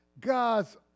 God's